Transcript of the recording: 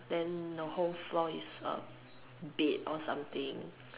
then the whole floor is uh bed or something